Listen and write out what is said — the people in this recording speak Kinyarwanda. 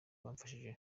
babafashije